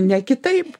ne kitaip